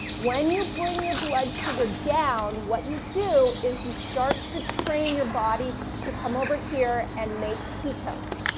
when you bring your blood sugar down, what you do is you start to train your body to come over here and make ketones.